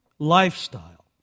lifestyle